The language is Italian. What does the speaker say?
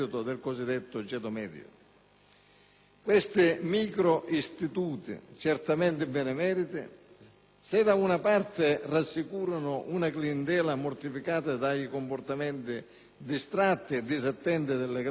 Questi micro-istituti, certamente benemeriti, se da una parte rassicurano una clientela mortificata dai comportamenti distratti e disattenti delle grandi istituzioni bancarie,